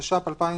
התש"ף-2020.